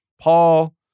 Paul